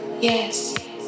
yes